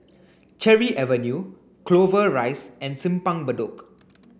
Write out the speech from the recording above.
Cherry Avenue Clover Rise and Simpang Bedok